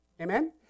Amen